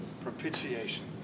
propitiation